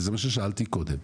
וזה מה ששאלתי קודם,